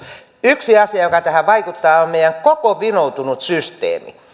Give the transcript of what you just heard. yksi asia joka tähän vaikuttaa on meidän koko vinoutunut systeemimme